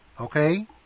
okay